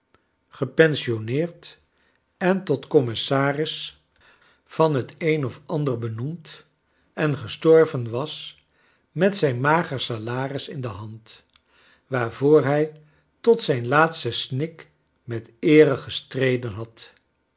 gepensionneerd en tot commissaris van het een of ander benoemd en gestorven was met zijn mager salaris in de hand waarvoor hij tot zijn laatsten snik met eere gestreden had